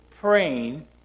praying